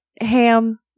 Ham